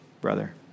brother